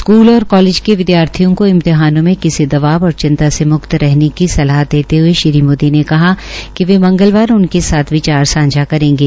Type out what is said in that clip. school और college के विद्यार्थियों को इम्तिहानों में किसी दवाब और चिंता से मुक्त रहने की सलाह देते हये श्री मोदी ने कहा कि वे मंगलवार उनके साथ विचार सांझा करेंगे